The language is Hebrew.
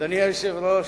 אדוני היושב-ראש,